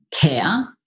care